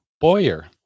Boyer